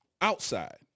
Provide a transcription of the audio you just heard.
outside